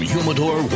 Humidor